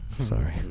sorry